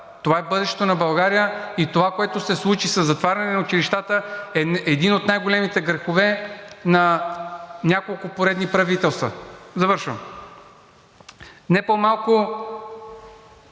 Това е бъдещето на България и това, което се случи със затваряне на училищата, е един от най-големите грехове на няколко поредни правителства. (Председателят